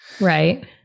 Right